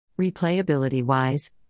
Replayability-wise